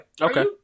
Okay